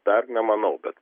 dar nemanau bet